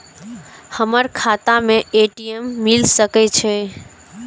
हमर खाता में ए.टी.एम मिल सके छै?